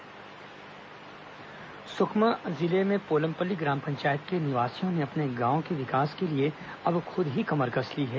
सुकमा स्थानीय विकास सुकमा जिले में पोलमपल्ली ग्राम पंचायत के निवासियों ने अपने गांव के विकास के लिए अब खुद ही कमर कस ली है